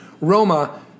Roma